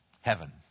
heaven